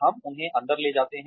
हम उन्हें अंदर ले जाते हैं